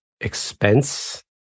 expense